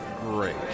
great